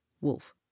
wolf